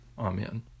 Amen